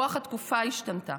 רוח התקופה השתנתה,